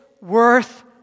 worth